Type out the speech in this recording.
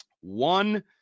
one